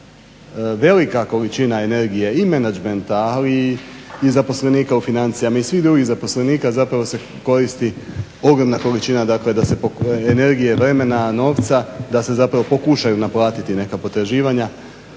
velika količina energije i menadžmenta ali i zaposlenika u financijama i svih drugih zaposlenika zapravo se koristi ogromna količina energije i vremena, novca da se pokušaju naplatiti neka potraživanja.